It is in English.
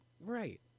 Right